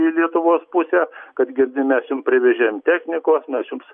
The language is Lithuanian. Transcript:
į lietuvos pusę kad girdi mes jum privežėm technikos mes jums